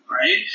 right